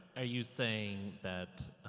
ah you saying that,